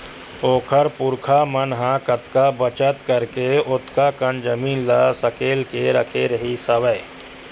ओखर पुरखा मन ह कतका बचत करके ओतका कन जमीन ल सकेल के रखे रिहिस हवय